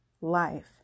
life